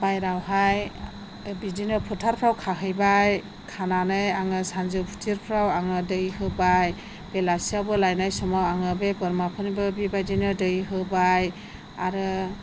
बायहेरावहाय बिदिनो फोथारफ्राव खाहैबाय खानानै आङो सानजौथिरफ्राव आङो दै होबाय बेलासियावबो लायनाय समाव आङो बे बोरमाफोरनोबो बेफोरबायदिनो दै होबाय आरो